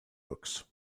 books